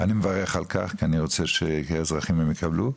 אני מברך על כך, כי אני רוצה שהאזרחים יקבלו.